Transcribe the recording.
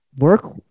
work